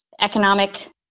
economic